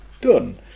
done